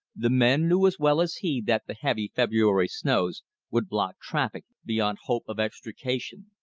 the men knew as well as he that the heavy february snows would block traffic beyond hope of extrication.